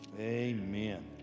amen